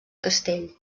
castell